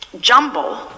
jumble